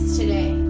today